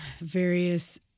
various